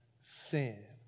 sin